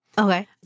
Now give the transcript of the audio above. Okay